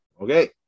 okay